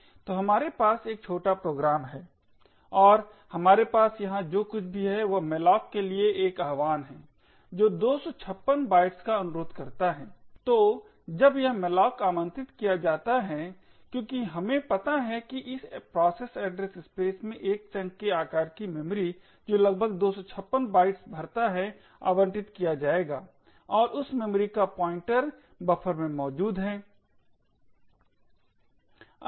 तो हमारे पास एक छोटा प्रोग्राम है और हमारे पास यहां जो कुछ भी है वह malloc के लिए एक आह्वान है जो 256 बाइट्स का अनुरोध करता है तो जब यह malloc आमंत्रित किया जाता है क्योंकि हमें पता है कि इस प्रोसेस एड्रेस स्पेस में एक चंक के आकार की मेमोरी जो लगभग 256 बाइट्स भरता है आवंटित किया जाएगा और उस मेमोरी का पॉइंटर बफर में मौजूद है